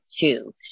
two